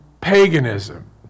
paganism